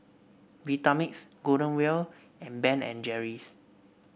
Vitamix Golden Wheel and Ben and Jerry's